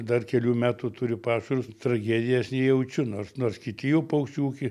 dar kelių metų turiu pašarus tragedijos nejaučiu nors nors kiti jau paukščių ūkiai